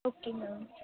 okay ma'am